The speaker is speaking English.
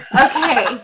Okay